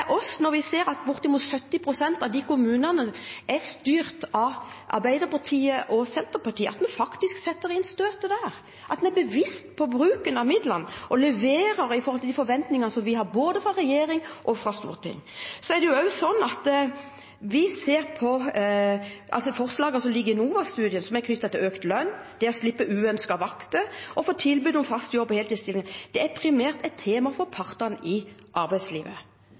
oss, når vi ser at bortimot 70 pst. av de kommunene er styrt av Arbeiderpartiet og Senterpartiet, at vi faktisk setter inn støtet der, at vi er bevisst på bruken av midlene og at de leverer i forhold til de forventninger som vi har både fra regjering og fra storting. Så er det jo også sånn at vi ser på forslagene som ligger i NOA-studiet, som er knyttet til økt lønn, det å slippe uønskede vakter og få tilbud om fast jobb og heltidsstillinger. Det er primært et tema for partene i arbeidslivet.